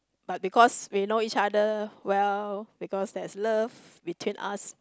but because we know each other well because there is love between us